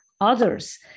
others